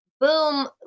boom